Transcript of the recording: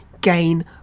gain